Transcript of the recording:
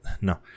no